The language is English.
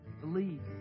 believe